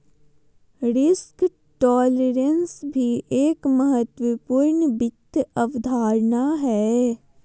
risk tolerance भी एक महत्वपूर्ण वित्त अवधारणा हय